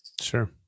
Sure